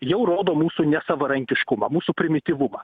jau rodo mūsų nesavarankiškumą mūsų primityvumą